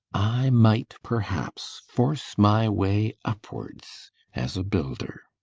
i might, perhaps, force my way upwards as a builder.